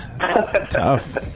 Tough